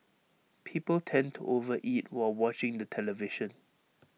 people tend to over eat while watching the television